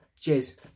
Cheers